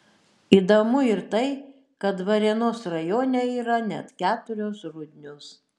įdomu ir tai kad varėnos rajone yra net keturios rudnios